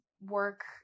work